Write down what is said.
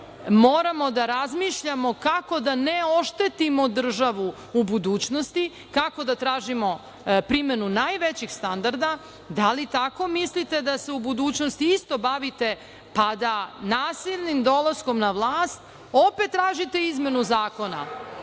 moramo da razmišljamo kako da ne oštetimo državu u budućnosti, kako da tražimo primenu najvećih standarda? Da li tako mislite da se u budućnosti isto bavite, pa da nasilnim dolaskom na vlast opet tražite izmenu zakona?